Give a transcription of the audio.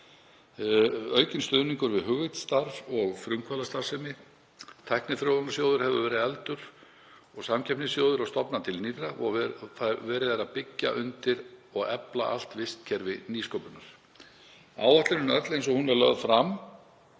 aukinn stuðningur við hugvitsstarf og frumkvöðlastarfsemi, Tækniþróunarsjóður hefur verið efldur sem og samkeppnissjóður og stofnað til nýrra sjóða og verið er að byggja undir og efla allt vistkerfi nýsköpunar. Áætlunin öll eins og hún er lögð fram